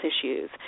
issues